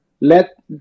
Let